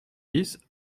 dix